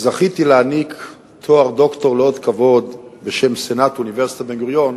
זכיתי להעניק תואר דוקטור לשם כבוד בשם סנאט אוניברסיטת בן-גוריון